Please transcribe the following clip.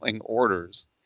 orders